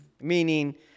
Meaning